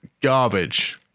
Garbage